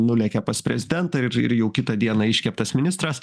nulekia pas prezidentą ir ir jau kitą dieną iškeptas ministras